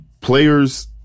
Players